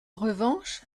revanche